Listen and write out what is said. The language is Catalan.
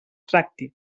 tracti